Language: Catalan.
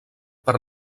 per